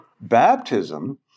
baptism